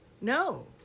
No